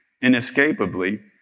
inescapably